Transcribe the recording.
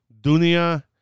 Dunia